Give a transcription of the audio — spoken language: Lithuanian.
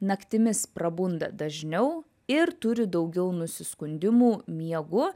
naktimis prabunda dažniau ir turi daugiau nusiskundimų miegu